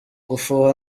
gufuha